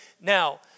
Now